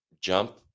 jump